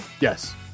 yes